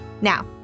Now